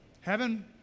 Heaven